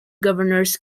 governors